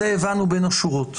את זה הבנו בין השורות.